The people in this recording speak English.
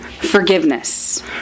Forgiveness